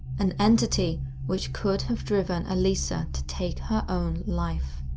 an entity which could have driven elisa to take her own life.